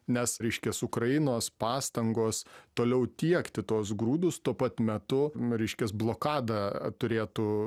nes reiškias ukrainos pastangos toliau tiekti tuos grūdus tuo pat metu reiškias blokadą turėtų